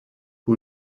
who